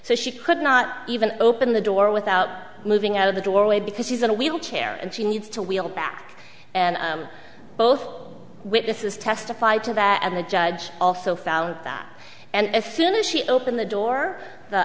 so she could not even open the door without moving out of the doorway because she's in a wheelchair and she needs to wheel back and both witnesses testified to that the judge also found that and finish she opened the door the